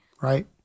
Right